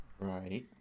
Right